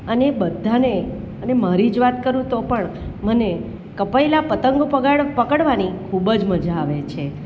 અને બધાને અને મારી જ વાત કરું તો પણ મને કપાયેલા પતંગો પકડવાની ખૂબ જ મજા આવે છે